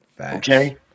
okay